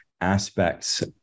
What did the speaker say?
aspects